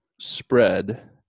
spread